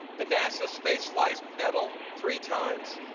the nasa space flight medal three times,